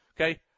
okay